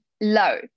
low